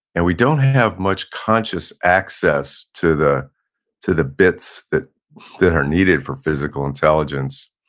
and we don't have much conscious access to the to the bits that that are needed for physical intelligence,